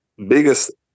Biggest